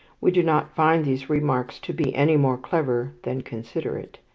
we do not find these remarks to be any more clever than considerate.